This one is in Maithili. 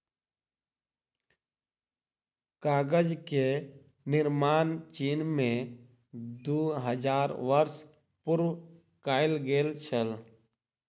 कागज के निर्माण चीन में दू हजार वर्ष पूर्व कएल गेल छल